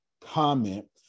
comment